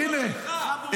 והינה,